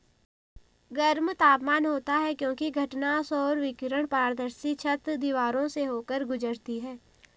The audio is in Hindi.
गर्म तापमान होता है क्योंकि घटना सौर विकिरण पारदर्शी छत, दीवारों से होकर गुजरती है